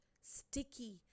sticky